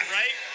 right